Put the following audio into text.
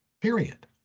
period